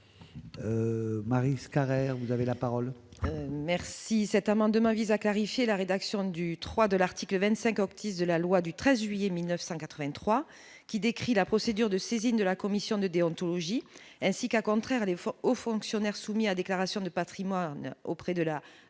Maris Carrère, vous avez la parole. Merci, cet amendement vise à clarifier la rédaction du 3 de l'article 25 optimiste de la loi du 13 juillet 1983 qui décrit la procédure de saisine de la commission de déontologie 6 cas contraire les effort aux fonctionnaires soumis à déclaration de Patrimoine auprès de la